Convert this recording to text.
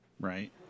Right